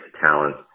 talent